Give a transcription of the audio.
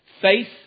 Faith